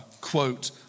quote